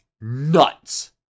nuts